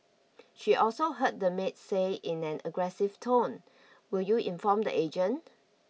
she also heard the maid say in an aggressive tone will you inform the agent